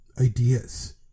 ideas